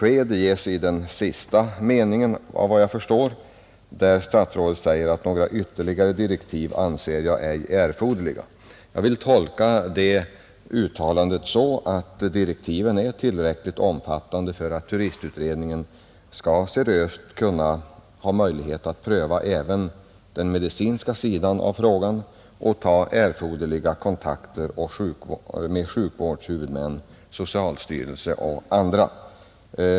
konfliktens inverk Statsrådets besked ges såvitt jag förstår i sista meningen, där statsrådet — ningar på universisäger: ”Några ytterligare direktiv anser jag ej är erforderliga.” Jag vill tetsoch högskoletolka det uttalandet så att direktivet är tillräckligt omfattande för att studerandes situaturistutredningen skall kunna ha möjlighet att seriöst pröva även den fion medicinska sidan av frågan och ta erforderliga kontakter med sjukvårdshuvudmän, socialstyrelsen och andra.